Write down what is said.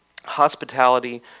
hospitality